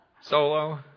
Solo